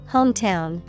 Hometown